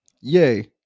Yay